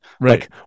right